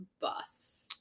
bus